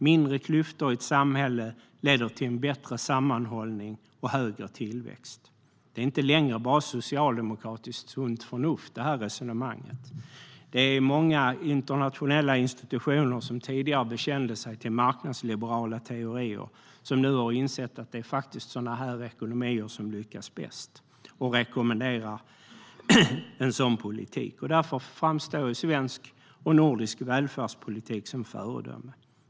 Mindre klyftor i ett samhälle leder till en bättre sammanhållning och högre tillväxt. Detta resonemang är inte längre bara socialdemokratiskt sunt förnuft. Det är många internationella institutioner, som tidigare bekände sig till marknadsliberala teorier, som nu har insett att det faktiskt är ekonomier som vår som lyckas bäst och rekommenderar en sådan politik. Därför framstår svensk och nordisk välfärdspolitik som föredömen.